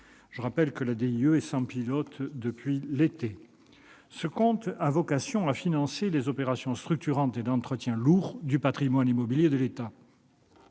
Je rappelle que la DIE est sans pilote depuis l'été dernier. Ce CAS a vocation à financer les opérations structurantes et d'entretien lourd du patrimoine immobilier de l'État.